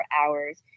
hours